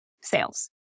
sales